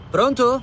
Pronto